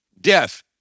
death